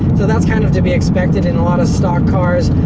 so that's kind of to be expected in a lot of stock cars,